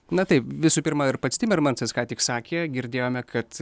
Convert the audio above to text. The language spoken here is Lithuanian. na taip visų pirma ir pats timermansas ką tik sakė girdėjome kad